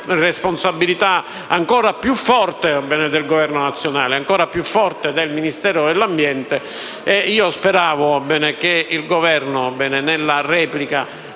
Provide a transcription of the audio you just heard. Grazie,